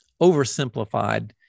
oversimplified